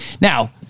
Now